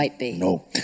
No